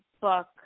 book